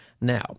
Now